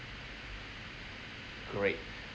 great